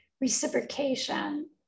reciprocation